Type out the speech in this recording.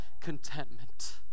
contentment